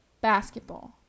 basketball